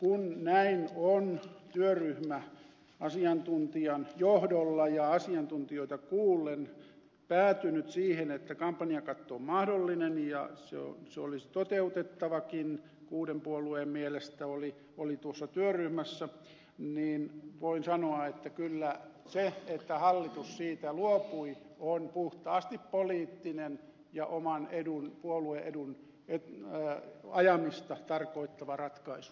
kun näin työryhmä on asiantuntijan johdolla ja asiantuntijoita kuullen päätynyt siihen että kampanjakatto on mahdollinen ja se olisi toteutettavakin kuuden puolueen mielestä tuossa työryhmässä niin voin sanoa että kyllä se että hallitus siitä luopui on puhtaasti poliittinen ja oman edun puolue edun ajamista tarkoittava ratkaisu